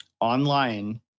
online